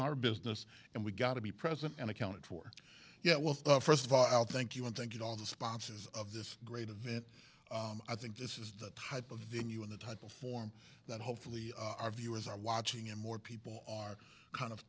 our business and we got to be present and accounted for yeah well first of all i'll thank you and thank you all the sponsors of this great event i think this is the type of the new and the type of form that hopefully our viewers are watching and more people are kind of